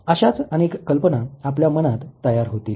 अशाच अनेक कल्पना आपल्या मनात तयार होतील